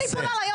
אני פונה ליו"ר.